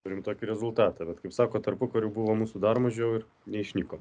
turim tokį rezultatą bet kaip sakot tarpukariu buvo mūsų dar mažiau ir neišnykom